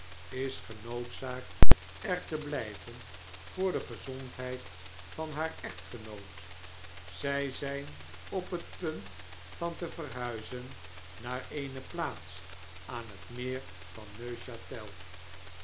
is genoodzaakt er te blyven voor de gezondheid van haar echtgenoot zy zyn op het punt van te verhuizen naar eene plaats aan het meer van